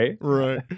right